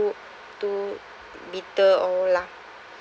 too too bitter all lah